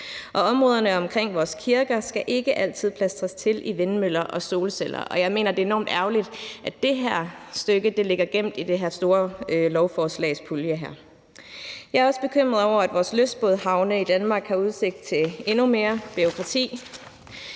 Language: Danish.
Områderne omkring vores kirker skal ikke altid plastres til i vindmøller og solceller, og jeg mener, det er enormt ærgerligt, at det her stykke ligger gemt i en pulje i det her store lovforslag. Jeg er også bekymret over, at vores lystbådehavne i Danmark har udsigt til endnu mere bureaukrati.